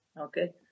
Okay